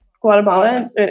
Guatemala